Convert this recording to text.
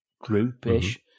group-ish